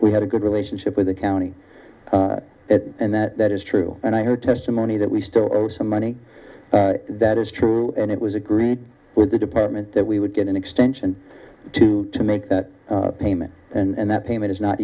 we had a good relationship with the county and that that is true and i heard testimony that we still owe some money that is true and it was agreed with the department that we would get an extension to to make that payment and that payment is not